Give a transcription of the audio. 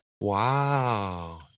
Wow